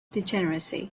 degeneracy